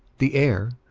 the air,